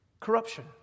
corruption